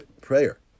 prayer